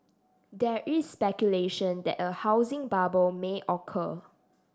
there is speculation that a housing bubble may occur